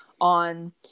on